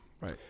Right